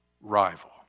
rival